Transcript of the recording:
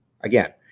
Again